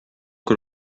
que